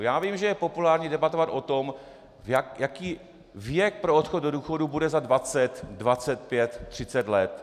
Já vím, že je populární debatovat o tom, jaký věk pro odchod do důchodu bude za 20, 25, 30 let.